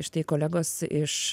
štai kolegos iš